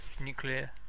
nuclear